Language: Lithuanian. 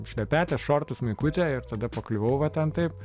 šlepetes šortus maikutę ir tada pakliuvau va ten taip